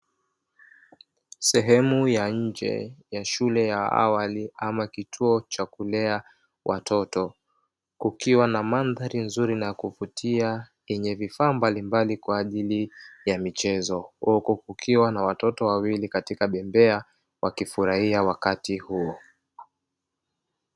Sehemu ya nje ya shule ya awali ama kituo cha kulea watoto, kukiwa na mandhari nzuri na ya kuvutia yenye vifaa mbalimbali kwa ajili ya michezo huku kukiwa na watoto wawili katika bembea wakifurahia wakati huo.